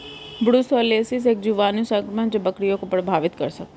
brucellosis एक जीवाणु संक्रमण है जो बकरियों को प्रभावित कर सकता है